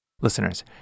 Listeners